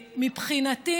מבחינתי,